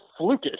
flukish